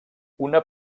una